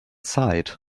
side